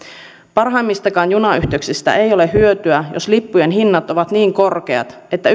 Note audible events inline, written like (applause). parhaimmistakaan junayhteyksistä ei ole hyötyä jos lippujen hinnat ovat niin korkeat että (unintelligible)